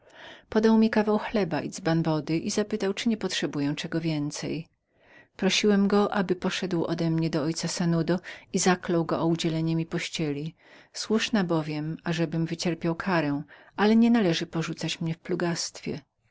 podał mi kawał chleba i dzban wody i zapytał czyli nie potrzebuję czego więcej prosiłem go aby poszedł odemnie do ojca sanudo i zaklął go o udzielenie mi pościeli słusznie bowiem było ażebym wycierpiał karę ale nie należało porzucać mnie w plugastwie